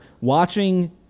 watching